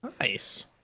Nice